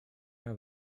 are